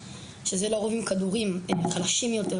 שזה לרוב עם כדורים חלשים יותר,